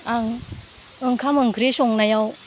आं ओंखाम ओंख्रि संनायाव